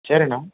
சரிண்ணா